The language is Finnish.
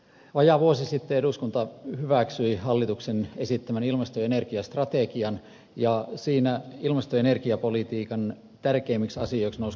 vajaa vuosi sitten eduskunta hyväksyi hallituksen esittämän ilmasto ja energiastrategian ja siinä ilmasto ja energiapolitiikan tärkeimmiksi asioiksi nousi kolme juttua